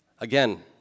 Again